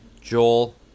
Joel